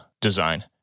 design